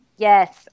Yes